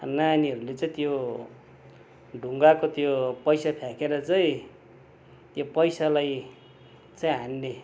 नानीहरूले चाहिँ त्यो ढुङ्गाको त्यो पैसा फ्याँकेर चाहिँ त्यो पैसालाई चाहिँ हान्ने